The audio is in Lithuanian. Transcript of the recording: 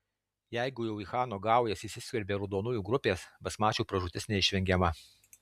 jeigu jau į chano gaujas įsiskverbė raudonųjų grupės basmačių pražūtis neišvengiama